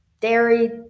dairy